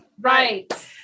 Right